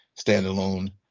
standalone